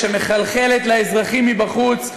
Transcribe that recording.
שמחלחלת לאזרחים מבחוץ,